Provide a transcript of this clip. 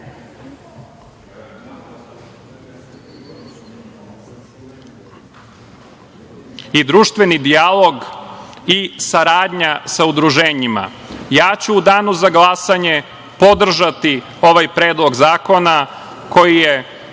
i društveni dijalog i saradnja sa udruženjima. Ja ću u danu za glasanje podržati ovaj predlog zakona koji je